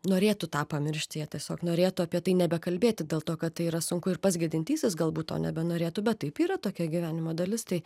norėtų tą pamiršti jie tiesiog norėtų apie tai nebekalbėti dėl to kad tai yra sunku ir pats gedintysis galbūt to nebenorėtų bet taip yra tokia gyvenimo dalis tai